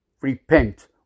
repent